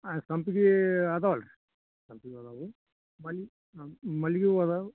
ಹಾಂ ಸಂಪ್ಗೆ ಅದಾವಲ್ಲ ರೀ ಸಂಪ್ಗೆ ಅದಾವ ಅಲ್ರೀ ಮಲ್ಲಿ ಮಲ್ಲಿಗೆ ಹೂ ಅದಾವು